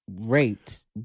raped